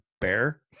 bear